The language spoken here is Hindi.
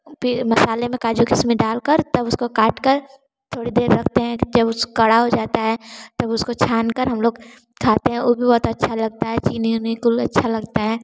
मसाले में काजू किशमिश डालकर तब उसको काट कर थोड़ी देर रखते हैं जब उस खड़ा हो जाता है तब उसको छानकर हम लोग खाते हैं वह भी बहुत अच्छा लगता है कुल अच्छा लगता है